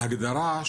בהגדרה,